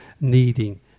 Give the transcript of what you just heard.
needing